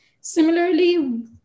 Similarly